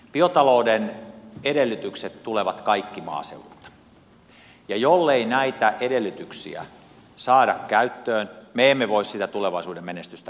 biotalouden edellytykset tulevat kaikki maaseudulta ja jollei näitä edellytyksiä saada käyttöön me emme voi siitä tulevaisuuden menestystä rakentaa